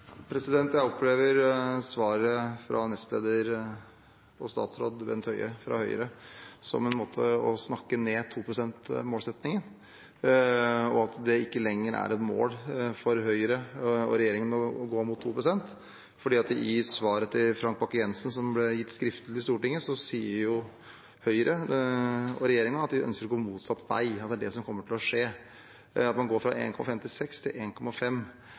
Jeg opplever svaret fra nestleder og statsråd Bent Høie fra Høyre som å snakke ned 2 pst.-målsettingen og at det ikke lenger er et mål for Høyre og regjeringen å gå mot 2 pst. I svaret til Frank Bakke-Jensen, som ble gitt skriftlig til Stortinget, sier jo Høyre og regjeringen at de ønsker å gå motsatt vei, og det er det som kommer til å skje, at man går fra 1,56 pst. til